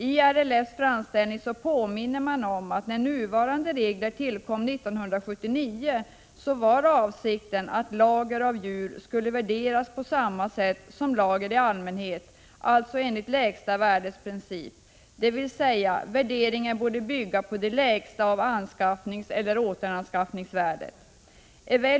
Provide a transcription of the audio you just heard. I LRF:s framställning påminner man om att när nuvarande regler tillkom 1979 var avsikten att lager av djur skulle värderas på samma sätt som lager i allmänhet, alltså enligt lägsta värdets princip, dvs. värderingen borde bygga på det lägsta av anskaffningseller återanskaffningsvärdet.